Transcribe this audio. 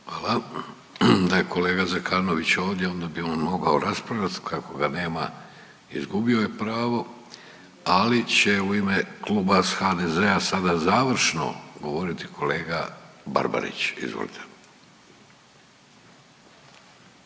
Hvala. Da je kolega Zekanović ovdje onda bi on mogao raspravljat, a kako ga nema izgubio je pravo, ali će u ime Kluba HDZ-a sada završno govoriti kolega Barbarić, izvolite.